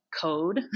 code